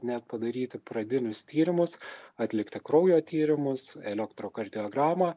net padaryti pradinius tyrimus atlikti kraujo tyrimus elektrokardiogramą